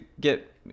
get